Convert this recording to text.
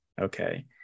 okay